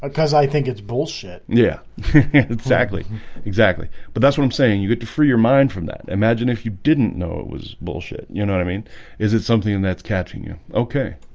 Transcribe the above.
because i think it's bullshit. yeah exactly exactly but that's what i'm saying you get to free your mind from that imagine if you didn't know it was bullshit you know what? i mean is it something, and that's catching you okay?